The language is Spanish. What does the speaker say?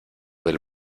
del